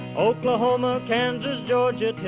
oklahoma, kansas, georgia,